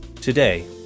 Today